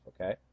Okay